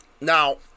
Now